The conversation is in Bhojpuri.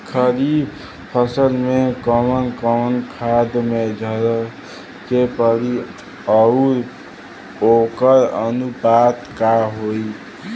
खरीफ फसल में कवन कवन खाद्य मेझर के पड़ी अउर वोकर अनुपात का होई?